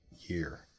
year